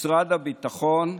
משרד הביטחון.